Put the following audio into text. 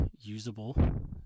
usable